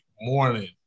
morning